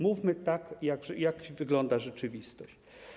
Mówmy tak, jak wygląda rzeczywistość.